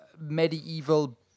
medieval